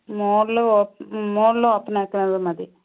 മുകളിൽ മുകളിൽ ഓപ്പണാക്കുന്നത് മതി